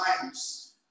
times